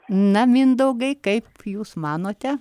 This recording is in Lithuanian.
na mindaugai kaip jūs manote